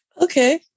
Okay